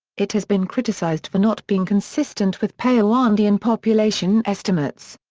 it has been criticized for not being consistent with paleoindian population estimates.